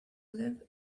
live